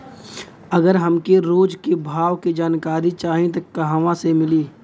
अगर हमके रोज के भाव के जानकारी चाही त कहवा से मिली?